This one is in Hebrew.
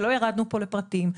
שלא ירדנו פה לפרטים,